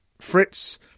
Fritz